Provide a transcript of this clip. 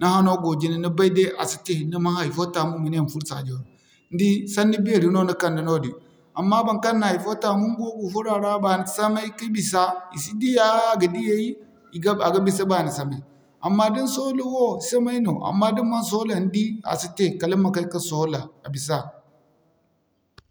ni hano go jina ni bay day kaŋ asi te ni man hay'fo taamu ma ne ni ma furo saajo ra. Ni di sanni beeri no ni kande noodin. Amma naŋkaŋ na hay'fo taamu inga wo ga furo a ra baani samay ka bisa i si diyaa a ga diyay a ga bisa baani samay. Amma din soola wo samay no, amma din man sola ni di a site kala ma kay ka soola.